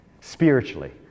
spiritually